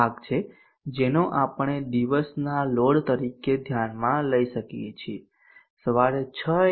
ભાગ છે જેનો આપણે દિવસના લોડ તરીકે ધ્યાનમાં લઈ શકીએ છીએ સવારે 6 a